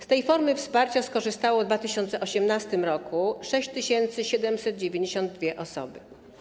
Z takiej formy wsparcia skorzystały w 2018 r. 6792 osoby.